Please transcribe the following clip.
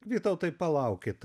vytautai palaukit